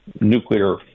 nuclear